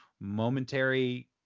momentary